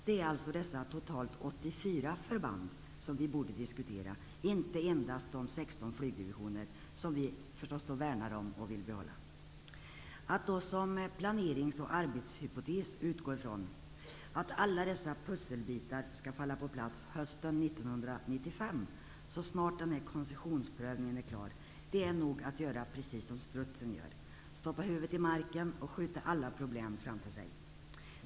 Det är alltså totalt 84 förband vi borde diskutera och inte endast de 16 flygdivisionerna som vi värnar om och vill behålla. Att då som planerings och arbetshypotes utgå från att alla dessa pusselbitar skall falla på plats hösten 1995, så snart koncessionsprövningen är klar, är nog att göra som strutsen. Man stoppar huvudet i sanden och skjuter alla problem framför sig.